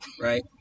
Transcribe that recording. right